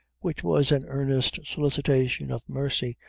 which was an earnest solicitation of mercy,